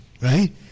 right